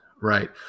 right